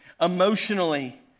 emotionally